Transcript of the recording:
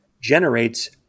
generates